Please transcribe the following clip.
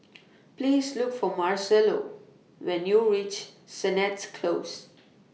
Please Look For Marcello when YOU REACH Sennett Close